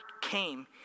came